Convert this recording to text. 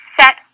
set